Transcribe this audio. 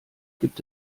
gibt